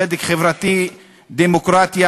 צדק חברתי ודמוקרטיה.